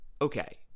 okay